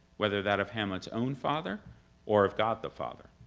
whether that of hamlet's own father or of god the father.